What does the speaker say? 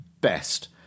best